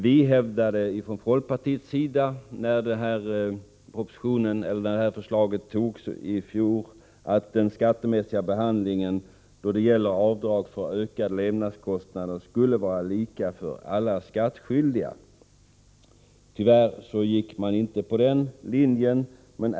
Vi hävdade från folkpartiets sida när detta förslag antogs i fjol att den skattemässiga behandlingen då det gäller avdrag för ökade levnadskostnader skulle vara lika för alla skattskyldiga. Tyvärr gick riksdagen inte på den linjen.